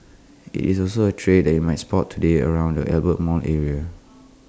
IT is also A trade that you might spot today around the Albert mall area